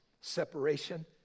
separation